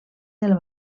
del